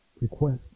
request